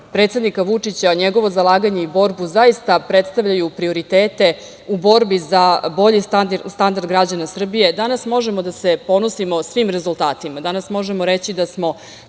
predsednika Vučića i njegovo zalaganje, borbu, zaista predstavljaju prioritete u borbi za bolji standard građana Srbije. Danas možemo da se ponosimo svim rezultatima. Danas možemo reći da smo